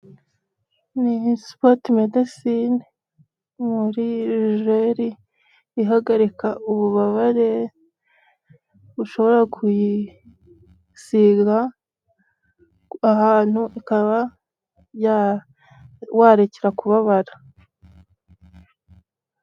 Mini sport medecine muri geri ihagarika ububabare bushobora kuyisiga ahantu ukaba warekera kubabara.